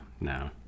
no